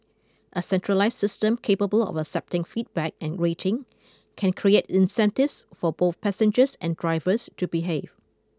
a centralised system capable of accepting feedback and rating can create incentives for both passengers and drivers to behave